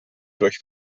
durch